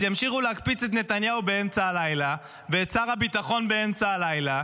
אז ימשיכו להקפיץ את נתניהו באמצע הלילה ואת שר הביטחון באמצע הלילה,